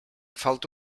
falta